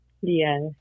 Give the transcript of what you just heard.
Yes